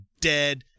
dead